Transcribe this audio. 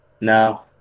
No